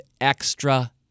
extra